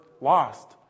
lost